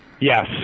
Yes